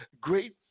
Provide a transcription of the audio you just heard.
Great